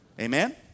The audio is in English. Amen